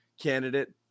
candidate